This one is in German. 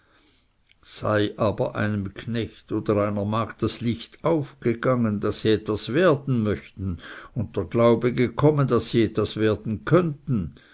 sei aber einem knecht oder einer magd das licht aufgegangen daß sie etwas werden möchten und der glaube gekommen daß sie etwas werden könnten